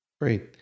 Great